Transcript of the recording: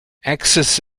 access